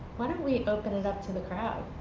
why don't we open it up to the crowd?